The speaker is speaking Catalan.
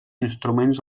instruments